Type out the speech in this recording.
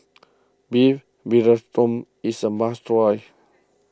Beef Vindaloo is a must try